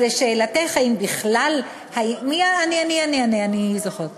אז לשאלתך האם בכלל, אענה, אני זוכרת.